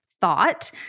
thought